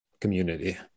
community